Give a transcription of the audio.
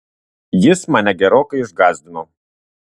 jis mane gerokai išgąsdino